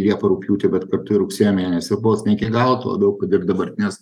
liepą rugpjūtį bet kartu ir rugsėjo mėnesį vos ne iki galo tuo labiau kad ir dabartinės